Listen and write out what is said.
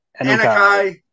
Anakai